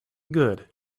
good